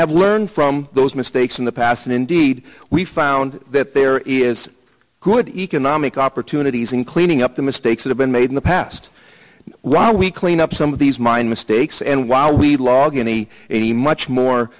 have learned from those mistakes in the past and indeed we found that there is good economic opportunities in cleaning up the mistakes that have been made in the past while we clean up some of these minor mistakes and while we log in e a much more